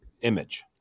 image